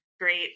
great